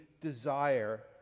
desire